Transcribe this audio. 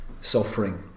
suffering